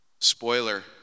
Spoiler